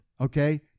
Okay